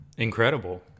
Incredible